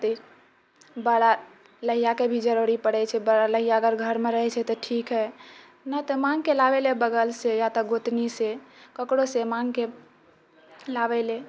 बड़ा लोहियाके भी जरुरी पड़ै छै बड़ा लोहिया अगर घरमे रहै छै तऽ ठीक हैय नहि तऽ माङ्गके लाबे लऽ हय बगलसँ अपन गोतनीसँ ककरोसँ माङ्गके लाबै लअ